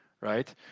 right